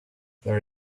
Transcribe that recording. there